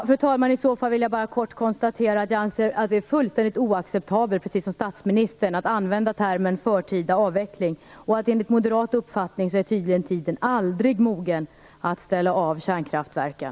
Fru talman! Jag vill bara kort konstatera att jag anser att det är fullständigt oacceptabelt, precis som statsministern sade, att använda termen förtida avveckling. Enligt moderat uppfattning är tiden tydligen aldrig mogen för att ställa av kärnkraftverken.